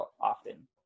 often